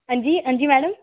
अंजी अंजी मैडम